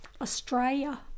Australia